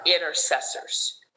intercessors